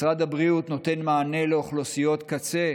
משרד הבריאות נותן מענה לאוכלוסיות קצה,